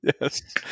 Yes